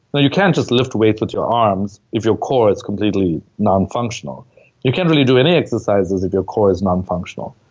but you can't just lift weights with your arms, if your core is completely non-functional you can't really do any exercises if your core is non-functional.